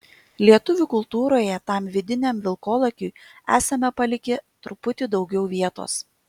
lietuvių kultūroje tam vidiniam vilkolakiui esame palikę truputį daugiau vietos